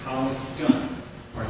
all right